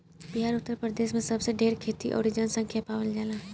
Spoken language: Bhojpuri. बिहार उतर प्रदेश मे सबसे ढेर खेती अउरी जनसँख्या पावल जाला